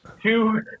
two